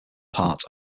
part